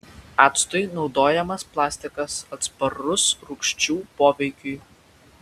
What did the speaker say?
actui naudojamas plastikas atsparus rūgščių poveikiui